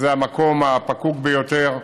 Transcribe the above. שזה המקום הפקוק ביותר.